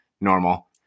normal